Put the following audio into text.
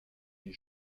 die